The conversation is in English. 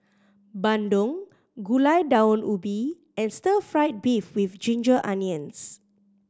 bandung Gulai Daun Ubi and stir fried beef with ginger onions